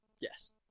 Yes